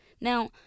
Now